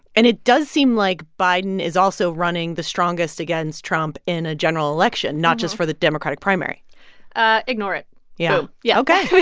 and it does seem like biden is also running the strongest against trump in a general election, not just for the democratic primary ah ignore it boom you know yeah, ok yeah. no,